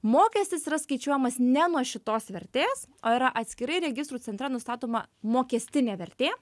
mokestis yra skaičiuojamas ne nuo šitos vertės o yra atskirai registrų centre nustatoma mokestinė vertė